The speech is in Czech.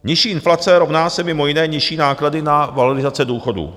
Nižší inflace rovná se mimo jiné nižší náklady na valorizace důchodů.